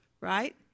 right